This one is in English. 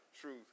truth